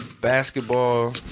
Basketball